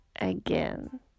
again